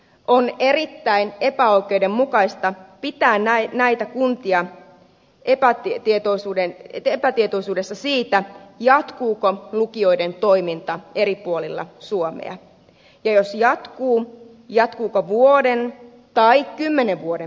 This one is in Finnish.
on erittäin epäoikeudenmukaista pitää näitä kuntia epätietoisuudessa siitä jatkuuko lukioiden toiminta eri puolilla suomea ja jos jatkuu jatkuuko vuoden tai kymmenen vuoden päästä